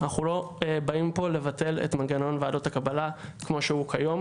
אנחנו לא באים פה לבטל את מנגנון ועדות הקבלה כמו שהוא היום,